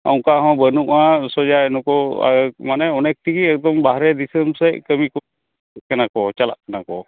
ᱚᱱᱠᱟ ᱦᱚᱸ ᱵᱟᱹᱱᱩᱜᱼᱟ ᱥᱚᱡᱟ ᱱᱩᱠᱩ ᱢᱟᱱᱮ ᱚᱱᱮᱠ ᱛᱮᱜᱮ ᱮᱠᱫᱚᱢ ᱵᱟᱨᱦᱮ ᱫᱤᱥᱟᱹᱢ ᱥᱮᱫ ᱠᱟᱹᱢᱤ ᱠᱚ ᱪᱟᱞᱟᱜ ᱠᱟᱱᱟ ᱠᱚ